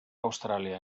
austràlia